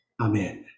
Amen